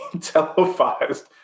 televised